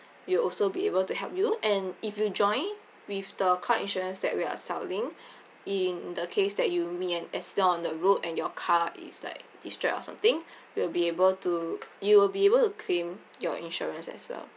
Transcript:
we'll also be able to help you and if you join with the car insurance that we are selling in the case that you' meet an accident on the road and your car is like destroyed or something we'll be able to you will be able to claim your insurance as well